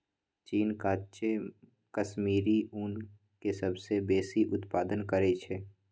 चीन काचे कश्मीरी ऊन के सबसे बेशी उत्पादन करइ छै